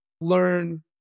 learn